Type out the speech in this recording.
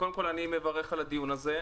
קודם כול, אני מברך על הדיון הזה.